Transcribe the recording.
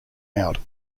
out